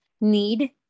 need